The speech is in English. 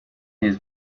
his